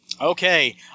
Okay